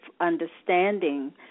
understanding